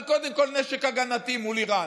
אבל קודם כול נשק הגנתי מול איראן.